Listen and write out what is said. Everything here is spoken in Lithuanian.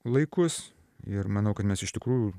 laikus ir manau kad mes iš tikrųjų